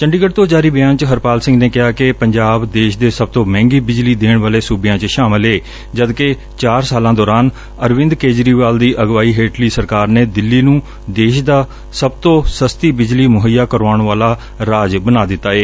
ਚੰਡੀਗੜੁ ਤੋਂ ਜਾਰੀ ਬਿਆਨ ਚ ਹਰਪਾਲ ਸਿੰਘ ਨੇ ਕਿਹਾ ਕਿ ਪੰਜਾਬ ਦੇਸ਼ ਦੇ ਸਭ ਤੋਂ ਮਹਿੰਗੀ ਬਿਜਲੀ ਦੇਣ ਵਾਲੇ ਸੂਬਿਆਂ ਚ ਸ਼ਾਮਲ ਏ ਜਦ ਕਿ ਚਾਰ ਸਾਲਾਂ ਦੌਰਾਨ ਅਰਵਿੰਦ ਕੇਜਰੀਵਾਲ ਦੀ ਅਗਵਾਈ ਹੇਠਲੀ ਸਰਕਾਰ ਨੇ ਦਿੱਲੀ ਨੂੰ ਦੇਸ਼ ਦਾ ਸਭ ਤੋਂ ਸਸਤੀ ਬਿਜਲੀ ਮੁਹੱਈਆ ਕਰਾਉਣ ਵਾਲਾ ਰਾਜ ਬਣਾ ਦਿੱਤਾ ਏ